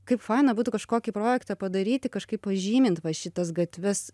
kaip faina būtų kažkokį projektą padaryti kažkaip pažymint va šitas gatves